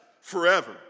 forever